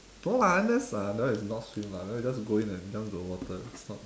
no lah N_S ah that one is not swim lah that one is just go in and jump into the water that's not